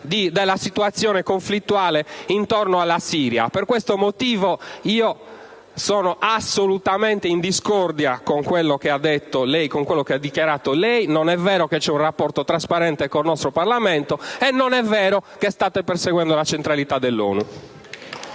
allargamento del conflitto intorno alla Siria. Per questo motivo sono assolutamente in disaccordo con quello che ha dichiarato lei: non è vero che c'è un rapporto trasparente con il nostro Parlamento e non è vero che state perseguendo la centralità dell'ONU.